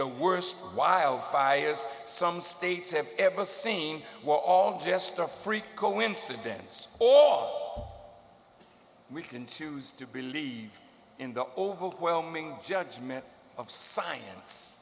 the worst wildfires some states have ever seen were all just a freak coincidence all we can choose to believe in the overwhelming judgment of science